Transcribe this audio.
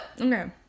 Okay